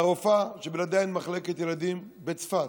והרופאה, שבלעדיה אין מחלקת ילדים בצפת,